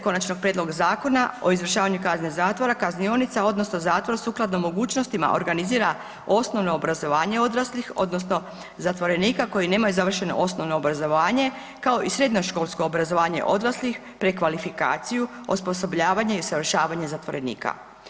Konačnog prijedloga zakona o izvršavanju kazne zatvora kaznionica, odnosno zatvor sukladno mogućnostima organizira osnovno obrazovanje odraslih, odnosno zatvorenika koji nemaju završeno osnovno obrazovanje kao i srednjoškolsko obrazovanje odraslih, prekvalifikaciju, osposobljavanje i usavršavanje zatvorenika.